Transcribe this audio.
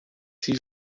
siis